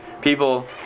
people